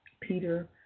Peter